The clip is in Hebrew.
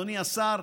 אדוני השר,